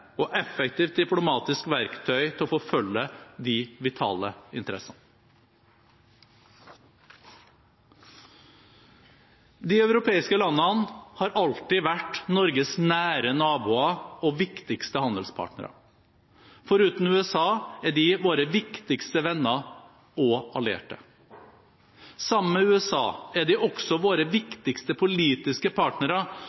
og effektivt diplomatisk verktøy til å forfølge de vitale interessene. De europeiske landene har alltid vært Norges nære naboer og viktigste handelspartnere. Foruten USA er de våre viktigste venner og allierte. Sammen med USA er de også våre